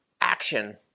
action